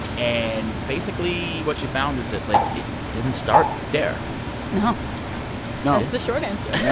and basically what you found is that, like, it didn't start there no no that's the short answer. yeah